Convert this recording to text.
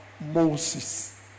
moses